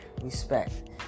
respect